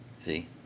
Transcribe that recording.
see